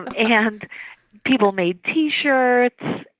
and and people made t-shirts.